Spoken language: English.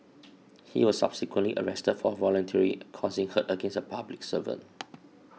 he was subsequently arrested for voluntarily causing hurt against a public servant